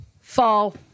Fall